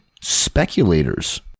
speculators